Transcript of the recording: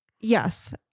yes